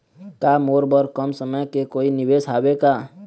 का मोर बर कम समय के कोई निवेश हावे का?